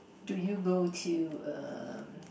do you go to um